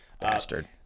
Bastard